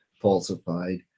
falsified